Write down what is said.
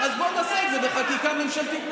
אז בוא נעשה את זה בחקיקה ממשלתית מסודרת.